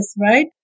right